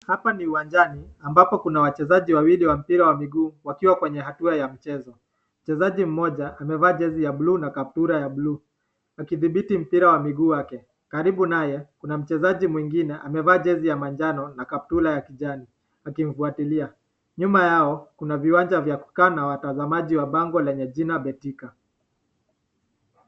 Hapa ni uwanjani ambapo kuna wachezaji wawili wa mpira wa miguu wakiwa kwenye hatua ya mchezo. Mchezaji mmoja amevaa jezi ya blue na kaptula ya blue . Akidhibiti mpira wa miguu yake. Karibu naye kuna mchezaji mwingine amevaa jezi ya manjano na kaptula ya kijani akimfuatilia. Nyuma yao kuna viwanja vya kukaa na watazamaji wa bango lenye jina Betika.